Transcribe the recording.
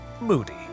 moody